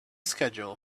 schedule